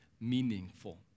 meaningful